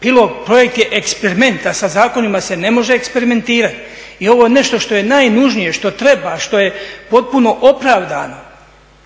Pilot projekt je eksperiment a sa zakonima se ne može eksperimentirati. I ovo je nešto što je najnužnije, što treba, što je potpuno opravdano.